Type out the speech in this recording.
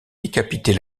décapiter